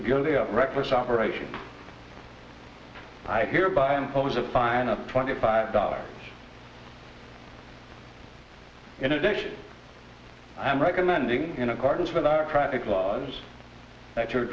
guilty of reckless operation i hereby impose a fine of twenty five dollars in addition i'm recommending in accordance with our traffic laws that your